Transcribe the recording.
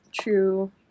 True